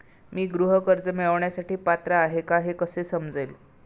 मी गृह कर्ज मिळवण्यासाठी पात्र आहे का हे कसे समजेल?